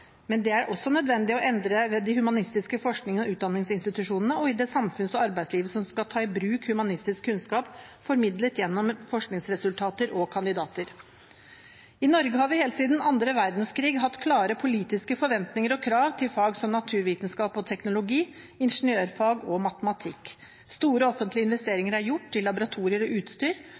Men det er også nødvendig med endringer både ved de humanistiske forsknings- og utdanningsinstitusjonene og i det samfunns- og arbeidslivet som skal ta i bruk humanistisk kunnskap formidlet gjennom forskningsresultater og kandidater. I Norge har vi helt siden annen verdenskrig hatt klare politiske forventninger og krav til fag som naturvitenskap, teknologi, ingeniørfag og matematikk. Store offentlige investeringer er gjort i laboratorier og utstyr.